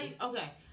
Okay